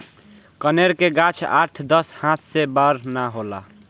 कनेर के गाछ आठ दस हाथ से बड़ ना होला